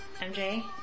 MJ